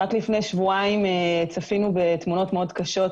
רק לפני שבועיים צפינו בתמונות מאוד קשות,